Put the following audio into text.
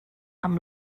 amb